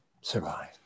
survive